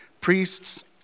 priests